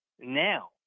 now